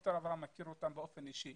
שדוקטור אברהם מכיר אותם באופן אישי